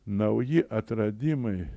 nauji atradimai